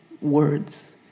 words